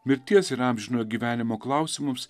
mirties ir amžino gyvenimo klausimus